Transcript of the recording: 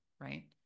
right